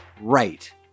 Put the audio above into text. right